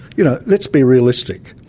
you know, let's be realistic.